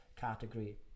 category